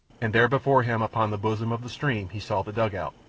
and there before him upon the bosom of the stream he saw the dugout,